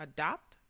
Adopt